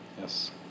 Yes